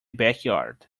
backyard